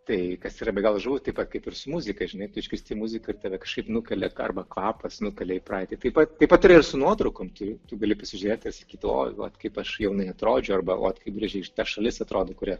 tai kas yra be galo žavu taip pat kaip ir su muzika žinai tu išgirsti muziką ir tave kažkaip nukelia arba kvapas nukelia į praeitį taip pat taip pat ir su nuotraukom tu gali pasižiūrėti kitoj vat kaip aš jaunai atrodžiau arba vat kaip gražiai šita šalis atrodo kuria